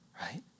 right